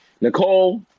Nicole